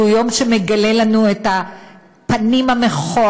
זהו יום שמגלה לנו את הפנים המכוערות